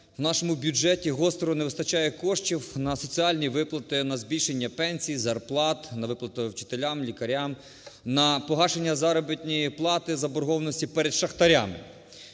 в нашому бюджеті гостро не вистачає коштів на соціальні виплати, на збільшення пенсій, зарплат, на виплати вчителям, лікарям, на погашення заробітної плати заборгованості перед шахтарями.